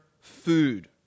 food